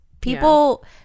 people